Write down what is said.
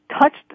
touched